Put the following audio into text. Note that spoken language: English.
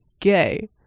gay